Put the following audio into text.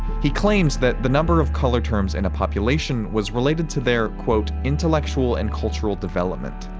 he claimed that the number of color terms in a population was related to their intellectual and cultural development.